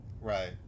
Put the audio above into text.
right